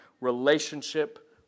relationship